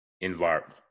environment